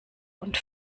und